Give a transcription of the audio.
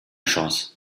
chance